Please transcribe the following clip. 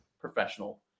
professional